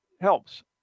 helps